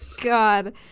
god